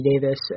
Davis